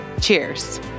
Cheers